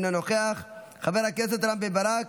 אינו נוכח, חבר הכנסת רם בן ברק,